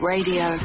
Radio